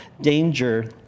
danger